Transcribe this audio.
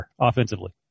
offensively